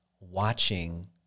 watching